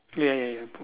ya ya ya